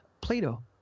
Plato